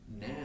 now